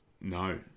no